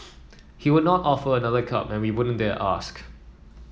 he would not offer another cup and we wouldn't dare ask